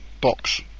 box